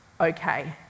okay